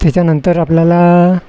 त्याच्यानंतर आपल्याला